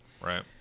Right